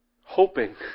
hoping